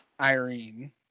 Irene